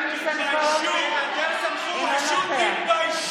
(קוראת בשמות חברי הכנסת)